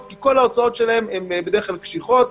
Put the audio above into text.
כי כל ההוצאות שלהן בדרך בכלל קשיחות.